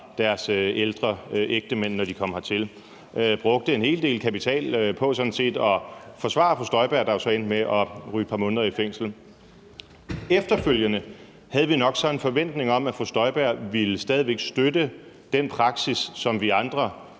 deres ældre ægtemænd, når de kom hertil. Vi brugte en hel del kapital på sådan set at forsvare fru Inger Støjberg, der jo så endte med at ryge et par måneder i fængsel. Efterfølgende havde vi så nok en forventning om, at fru Inger Støjberg stadig væk ville støtte den praksis, som vi andre